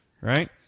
right